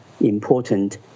important